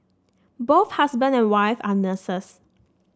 both husband and wife are nurses